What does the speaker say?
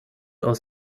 aus